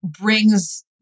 brings